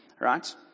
right